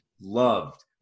loved